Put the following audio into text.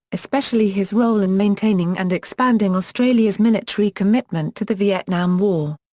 especially his role in maintaining and expanding australia's military commitment to the vietnam war.